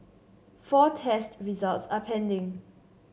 four test results are pending